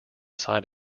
side